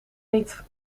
niet